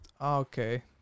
okay